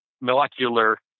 molecular